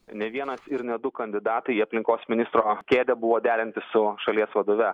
ne vienas ir ne du kandidatai į aplinkos ministro kėdę buvo derinti su šalies vadove